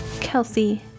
Kelsey